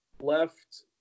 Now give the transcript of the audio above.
left